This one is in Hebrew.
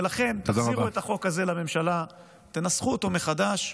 ולכן תחזירו את החוק הזה לממשלה, תנסחו אותו מחדש,